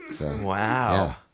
Wow